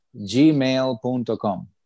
gmail.com